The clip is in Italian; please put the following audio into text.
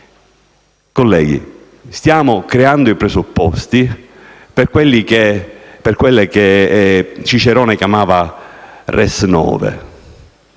Colleghi, stiamo creando i presupposti per quelle che Cicerone chiamavo *res